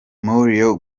mario